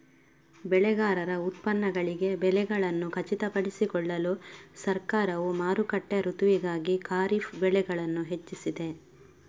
ಬೆಳೆಗಾರರ ಉತ್ಪನ್ನಗಳಿಗೆ ಬೆಲೆಗಳನ್ನು ಖಚಿತಪಡಿಸಿಕೊಳ್ಳಲು ಸರ್ಕಾರವು ಮಾರುಕಟ್ಟೆ ಋತುವಿಗಾಗಿ ಖಾರಿಫ್ ಬೆಳೆಗಳನ್ನು ಹೆಚ್ಚಿಸಿದೆ